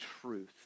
truth